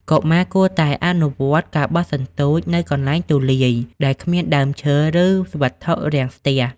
កុមារគួរតែអនុវត្ត ការបោះសន្ទូច នៅកន្លែងទូលាយ ដែលគ្មានដើមឈើឬវត្ថុរាំងស្ទះ។